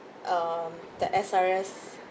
um the S_R_S